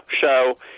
show